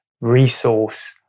resource